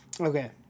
Okay